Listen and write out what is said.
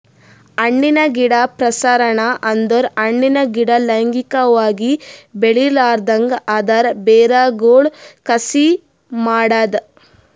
ಹಣ್ಣಿನ ಗಿಡ ಪ್ರಸರಣ ಅಂದುರ್ ಹಣ್ಣಿನ ಗಿಡ ಲೈಂಗಿಕವಾಗಿ ಬೆಳಿಲಾರ್ದಂಗ್ ಅದರ್ ಬೇರಗೊಳ್ ಕಸಿ ಮಾಡದ್